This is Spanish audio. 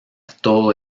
todo